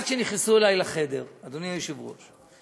עד שנכנסו אלי לחדר, אדוני היושב-ראש,